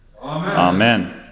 Amen